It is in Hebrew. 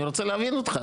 אני רוצה להבין אותך.